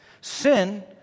Sin